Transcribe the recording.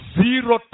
zero